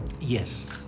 yes